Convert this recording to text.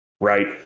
right